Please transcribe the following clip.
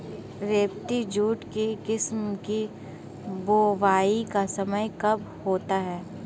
रेबती jute के किस्म की बुवाई का समय कब होता है?